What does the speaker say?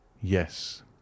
Yes